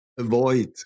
Avoid